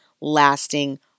lasting